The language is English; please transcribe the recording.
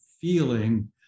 feeling